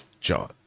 John